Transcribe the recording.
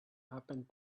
happened